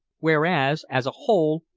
whereas, as a whole,